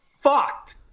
Fucked